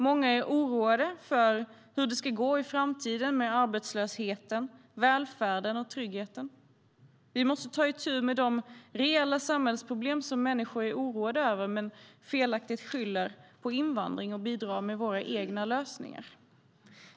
Många är oroade för hur det ska gå i framtiden med arbetslösheten, välfärden och tryggheten. Vi måste ta itu med de reella samhällsproblem som människor är oroade över men felaktigt skyller på invandring. Vi måste bidra med våra egna lösningar.